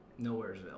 Nowheresville